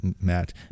Matt